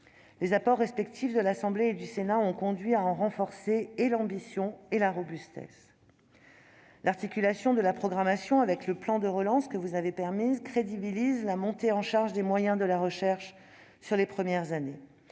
les apports respectifs de l'Assemblée nationale et du Sénat ont conduit à renforcer. L'articulation de la programmation avec le plan de relance, que vous avez permise, crédibilise la montée en charge des moyens de la recherche sur les premières années,